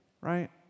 right